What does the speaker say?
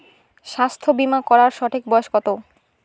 স্বাস্থ্য বীমা করার সঠিক বয়স কত?